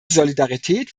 solidarität